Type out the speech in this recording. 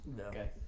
Okay